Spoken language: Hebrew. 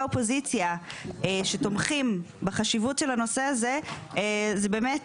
אופוזיציה שתומכים בחשיבות של הנושא הזה זה באמת